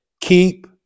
keep